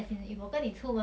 pimple or whatever